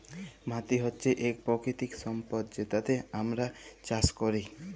মাটি হছে ইক পাকিতিক সম্পদ যেটতে আমরা চাষ ক্যরি